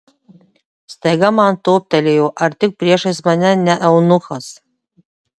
staiga man toptelėjo ar tik priešais mane ne eunuchas